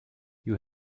you